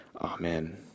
Amen